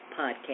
podcast